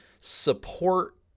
support